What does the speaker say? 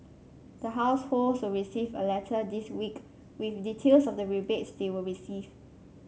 the households will receive a letter this week with details of the rebates they will receive